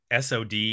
SOD